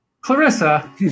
Clarissa